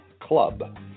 club